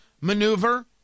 maneuver